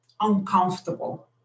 uncomfortable